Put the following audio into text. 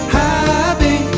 happy